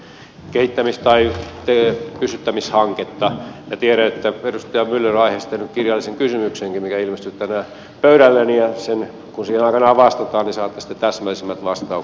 minä tiedän että edustaja myller on aiheesta tehnyt kirjallisen kysymyksenkin mikä ilmestyi tänään pöydälleni ja kun siihen aikanaan vastataan niin saatte sitten täsmällisemmät vastaukset yksityiskohtineen